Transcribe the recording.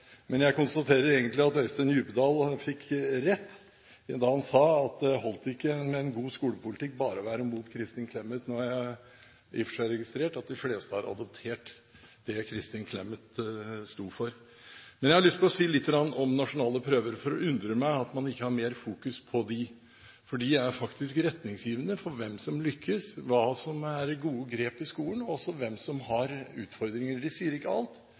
Jeg konstaterer at Øystein Djupedal fikk rett da han sa at for å få en god skolepolitikk holdt det ikke med bare å være mot Kristin Clemet. Nå har jeg i og for seg registrert at de fleste har adoptert det Kristin Clemet sto for. Jeg har lyst til å si litt om nasjonale prøver. Det undrer meg at man ikke har mer fokus på dem. De er faktisk retningsgivende for hvem som lykkes, hva som er gode grep i skolen, og også hvem som har utfordringer. De sier ikke alt,